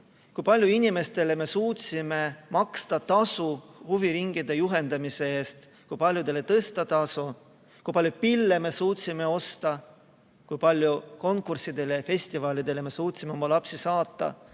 kui paljudele inimestele me suutsime maksta tasu huviringide juhendamise eest, kui palju tõsta tasu, kui palju pille me suutsime osta, kui palju konkurssidele ja festivalidele me saime oma lapsi saata.